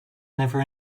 never